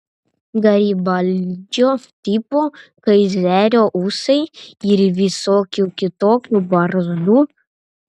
garibaldžio tipo kaizerio ūsai ir visokių kitokių barzdų